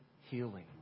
healing